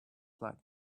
phlegm